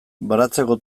baratzeko